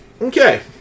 Okay